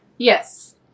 Yes